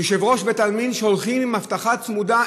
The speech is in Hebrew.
יושב-ראש בית-עלמין שהולכים עם אבטחה צמודה,